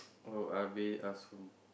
oh I be ask from